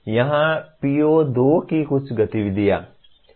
यहाँ PO2 की कुछ गतिविधियाँ